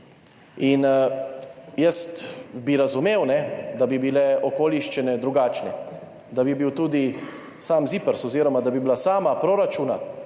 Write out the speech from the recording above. Jaz bi razumel, če bi bile okoliščine drugačne, da bi bil tudi sam ZIPRS oziroma da bi bila sama proračuna